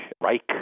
Reich